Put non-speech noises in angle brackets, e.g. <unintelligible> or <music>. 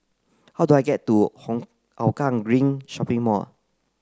how do I get to <unintelligible> Hougang Green Shopping Mall